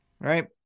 right